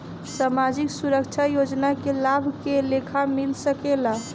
सामाजिक सुरक्षा योजना के लाभ के लेखा मिल सके ला?